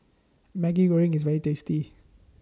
Maggi Goreng IS very tasty